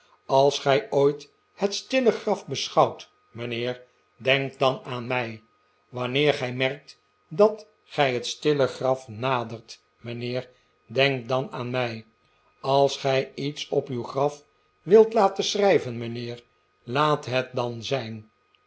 als gij ooit het stille graf beschouwt mijnheer denk dan aan mij wanneer gij merkt dat gij het stille graf nadert mijnheer denk dan aan mij als gij iets op uw graf wilt laten schrijven mijnheer laat het dan zijn